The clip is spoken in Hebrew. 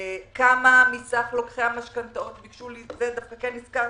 כמה מסך לוקחי המשכנתאות ביקשו את זה דווקא כן הזכרת.